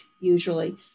usually